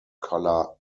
color